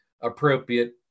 appropriate